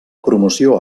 promoció